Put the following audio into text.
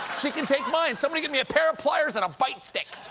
she can take mine somebody get me a pair of pliers and a bite stick!